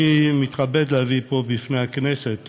אני מתכבד להביא פה בפני הכנסת,